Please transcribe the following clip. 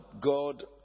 God